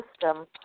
system